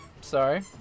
sorry